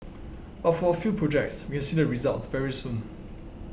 but for a few projects we can see the results very soon